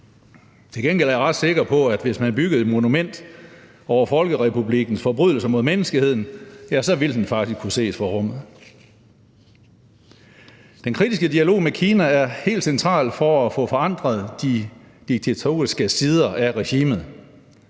Til gengæld er jeg ret sikker på, at hvis man byggede et monument over folkerepublikkens forbrydelser mod menneskeheden, ja, så ville det faktisk kunne ses fra rummet. Den kritiske dialog med Kina er helt central for at få forandret de diktatoriske sider af regimet.